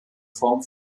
form